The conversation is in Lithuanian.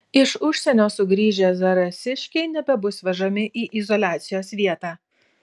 iš užsienio sugrįžę zarasiškiai nebebus vežami į izoliacijos vietą